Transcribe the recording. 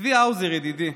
צבי האוזר ידידי,